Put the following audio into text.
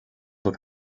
with